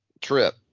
trip